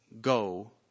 go